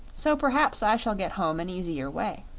so perhaps i shall get home an easier way.